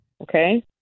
okay